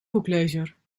boeklezer